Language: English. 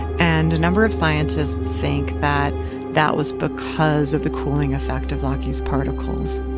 and a number of scientists think that that was because of the cooling effect of laki's particles